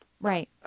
right